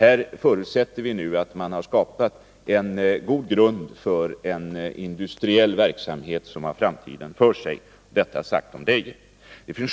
Vi förutsätter att man nu i Deje har skapat en god grund för en industriell verksamhet som har framtiden för sig.